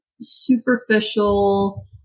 superficial